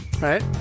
right